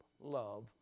love